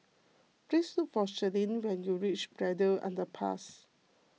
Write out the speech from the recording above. please look for Selene when you reach Braddell Underpass